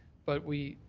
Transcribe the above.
but we